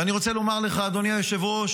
ואני רוצה לומר לך, אדוני היושב-ראש,